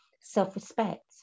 self-respect